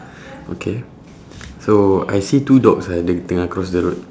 okay so I see two dogs eh dia tengah cross the road